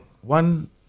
one